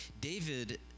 David